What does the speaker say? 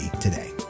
today